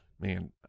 Man